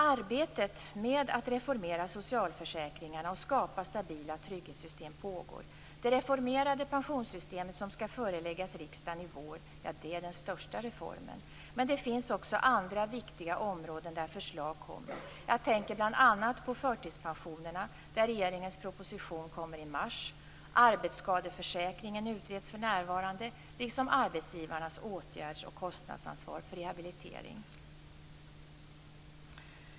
Arbetet med att reformera socialförsäkringarna och skapa stabila trygghetssystem pågår. Det reformerade pensionssystemet som skall föreläggas riksdagen i vår är den största reformen. Men det finns också andra viktiga områden där förslag kommer. Jag tänker bl.a. på förtidspensionerna, där regeringens proposition kommer i mars. Arbetsskadeförsäkringen utreds för närvarande, liksom arbetsgivarnas åtgärds och kostnadsansvar för rehabilitering.